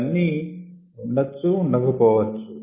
ఇవన్నీ ఉండొచ్చు ఉండక పోవచ్చు